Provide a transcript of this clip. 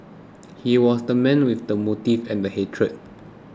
he was the man with the motive and hatred